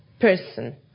person